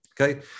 Okay